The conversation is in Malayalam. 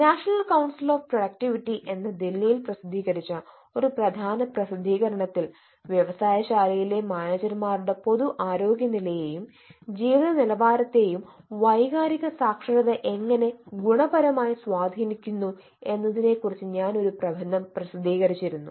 നാഷണൽ കൌൺസിൽ ഓഫ് പ്രൊഡക്ടിവിറ്റി എന്ന ദില്ലിയിൽ പ്രസിദ്ധീകരിച്ച ഒരു പ്രധാന പ്രസിദ്ധീകരണത്തിൽ വ്യവസായശാലകളിലെ മാനേജർമാരുടെ പൊതു ആരോഗ്യ നിലയെയും ജീവിത നിലവാരത്തെയും വൈകാരിക സാക്ഷരത എങ്ങനെ ഗുണപരമായി സ്വാധീനിക്കുന്നു എന്നതിനെക്കുറിച്ച് ഞാൻ ഒരു പ്രബന്ധം പ്രസിദ്ധീകരിച്ചിരുന്നു